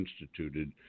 instituted